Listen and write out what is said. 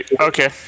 okay